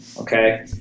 okay